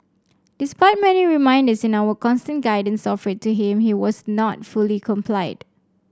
despite many reminders and our constant guidance offered to him he was not fully complied